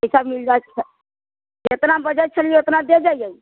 पैसा मिल जायत जेतना बजल छलियै ओतना दे जैयै